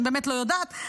אני באמת לא יודעת.